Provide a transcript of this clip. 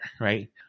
right